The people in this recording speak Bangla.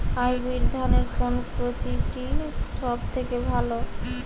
হাইব্রিড ধানের কোন প্রজীতিটি সবথেকে ভালো?